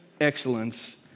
excellence